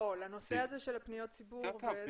לנושא זה של פניות ציבור.